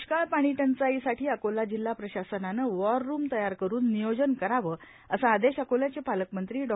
दृष्काळ पाणीटंचाईसाठी अकोला जिल्हा प्रशासनाने वॉररुम तयार करुन नियोजन करावे असा आदेश अकोल्याचे पालकमंत्री डॉ